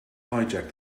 hijack